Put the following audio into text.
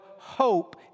Hope